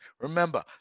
Remember